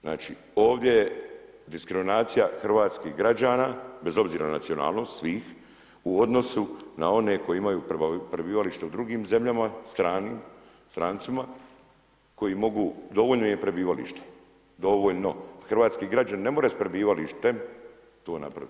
Znači ovdje je diskriminacija hrvatskih građana, bez obzira na nacionalnost svih u odnosu na one koji imaju prebivalište u drugim zemljama, stranim, strancima koji mogu dovoljno im je prebivalište, hrvatski građanin ne može s prebivalištem to napraviti.